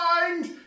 mind